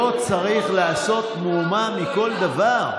לא צריך לעשות מהומה מכל דבר.